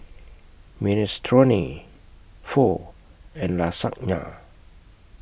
Minestrone Pho and Lasagna